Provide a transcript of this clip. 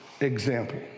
example